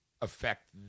affect